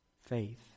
faith